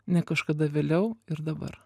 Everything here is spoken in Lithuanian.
ne kažkada vėliau ir dabar